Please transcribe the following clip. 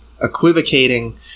equivocating